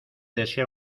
desea